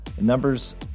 Numbers